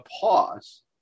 pause